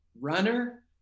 runner